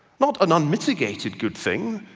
not an unmitigated good thing.